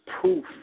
proof